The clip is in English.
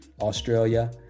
australia